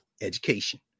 education